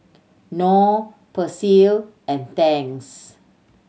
Knorr Persil and Tangs